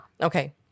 Okay